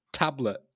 Tablet